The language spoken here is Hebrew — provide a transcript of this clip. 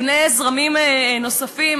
בני זרמים נוספים.